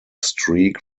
streak